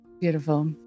Beautiful